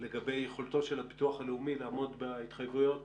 לגבי יכולתו של הביטוח הלאומי לעמוד בהתחייבויות